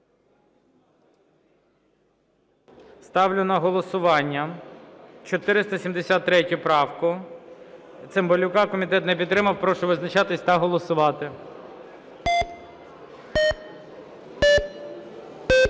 Ставлю на голосування 473 правку Цимбалюка. Комітет не підтримав. Прошу визначатись та голосувати.